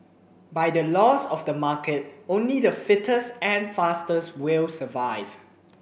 by the laws of the market only the fittest and fastest will survive